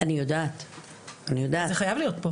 זה חייב להיות פה.